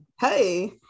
Hey